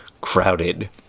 crowded